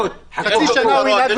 חצי שנה הוא ינהג.